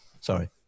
Sorry